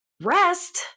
Rest